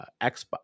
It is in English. Xbox